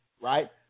right